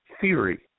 theory